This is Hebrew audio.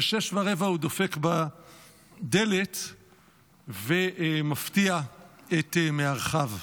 ב-18:15 הוא דופק בדלת ומפתיע את מארחיו.